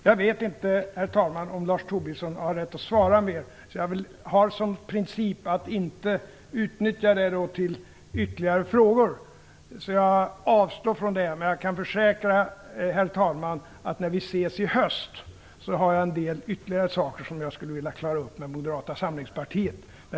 Jag vet inte, herr talman, om Lars Tobisson har rätt att svara mer. Jag har som princip att då inte utnyttja mitt inlägg till att ställa ytterligare frågor, så jag avstår från det. Men jag kan försäkra, herr talman, att när vi ses i höst har jag en del ytterligare saker som jag skulle vilja klara upp med Moderata samlingspartiet.